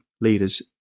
leaders